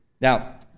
Now